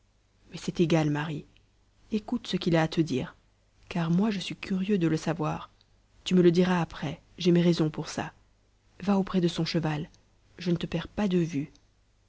mais c'est égal marie écoute ce qu'il a à te dire car moi je suis curieux de le savoir tu me le diras après j'ai mes raisons pour ça va auprès de son cheval je ne te perds pas de vue